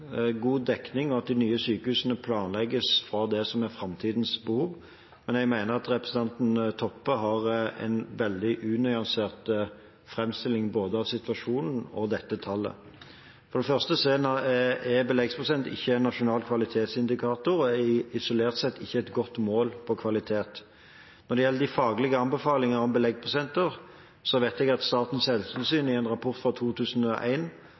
god dekning, og at de nye sykehusene planlegges for det som er framtidens behov. Men jeg mener at representanten Toppe har en veldig unyansert framstilling av både situasjonen og dette tallet. For det første er ikke beleggsprosent en nasjonal kvalitetsindikator og er isolert sett ikke et godt mål på kvalitet. Når det gjelder de faglige anbefalingene om beleggsprosenter, vet jeg at Statens helsetilsyn i en rapport fra